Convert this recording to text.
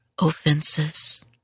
offenses